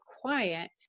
quiet